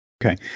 Okay